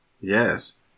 yes